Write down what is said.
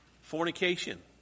Fornication